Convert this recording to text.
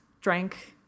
drank